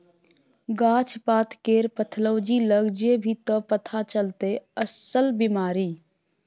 गाछ पातकेर पैथोलॉजी लग जेभी त पथा चलतौ अस्सल बिमारी